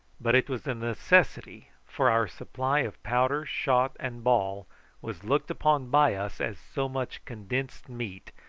but it was a necessity, for our supply of powder, shot, and ball was looked upon by us as so much condensed meat,